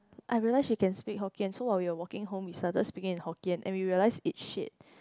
I realized she can speak Hokkien so while we were walking home we started speaking in Hokkien and we realized it's shit